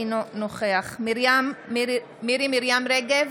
אינו נוכח מירי מרים רגב,